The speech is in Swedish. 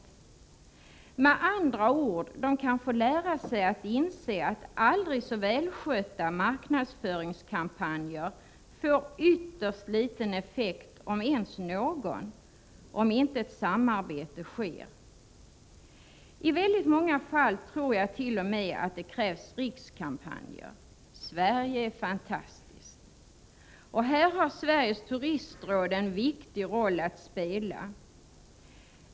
De kan med andra ord få lära sig inse att aldrig så välskötta marknadsföringskampanjer får ytterst liten effekt, om ens någon, om inte ett samarbete sker. I väldigt många fall tror jag t.o.m. att det krävs rikskampanjer — Sverige är fantastiskt. Här har Sveriges turistråd en viktig roll att spela.